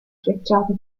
schiacciata